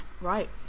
right